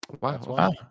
Wow